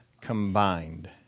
combined